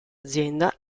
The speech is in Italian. azienda